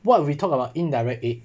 what we talked about in direct eight